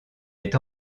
est